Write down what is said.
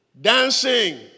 Dancing